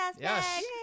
Yes